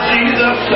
Jesus